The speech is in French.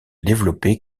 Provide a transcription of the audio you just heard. développer